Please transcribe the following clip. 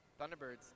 Thunderbirds